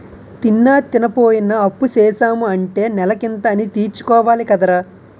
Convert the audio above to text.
తిన్నా, తినపోయినా అప్పుసేసాము అంటే నెలకింత అనీ తీర్చుకోవాలి కదరా